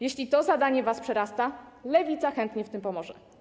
Jeśli to zadanie was przerasta, Lewica chętnie w tym pomoże.